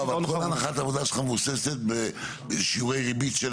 אבל כל הנחת העבודה שלך מבוססת על שיעורי ריבית.